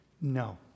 No